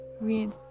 read